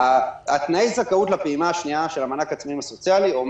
תנאי הזכות לפעימה השנייה של מענק העצמאיים הסוציאלי אומר